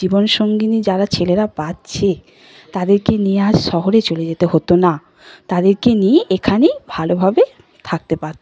জীবন সঙ্গিনী যারা ছেলেরা পাচ্ছে তাদেরকে নিয়ে আজ শহরে চলে যেতে হতো না তাদেরকে নিয়ে এখানেই ভালোভাবে থাকতে পারত